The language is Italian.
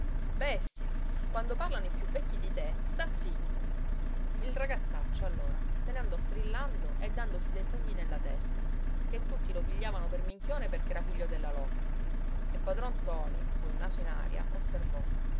bestia quando parlano i più vecchi di te sta zitto il ragazzaccio allora se ne andò strillando e dandosi dei pugni nella testa che tutti lo pigliavano per minchione perché era figlio della locca e padron ntoni col naso in aria osservò